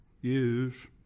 use